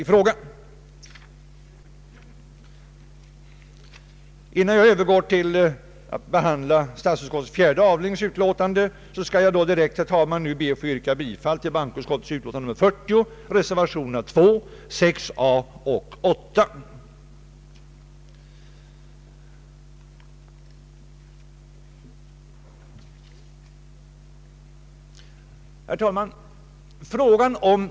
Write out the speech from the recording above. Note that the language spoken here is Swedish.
Innan jag övergår till att behandla utlåtandet från statsutskottets fjärde avdelning skall jag, herr talman, be att få yrka bifall till reservationerna 2, 6 a och 8 i bankoutskottets utlåtande nr 40. Herr talman!